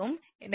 எனவே 𝑑 5